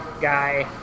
guy